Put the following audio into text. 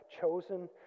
chosen